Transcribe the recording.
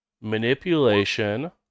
Manipulation